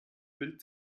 bild